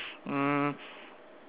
mm